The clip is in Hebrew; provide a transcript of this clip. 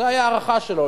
זו היתה ההערכה שלו,